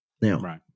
Now